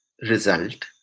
result